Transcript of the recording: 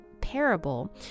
parable